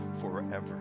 forever